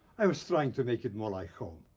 i was trying to make it more like home.